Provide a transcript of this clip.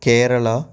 Kerala